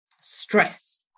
stress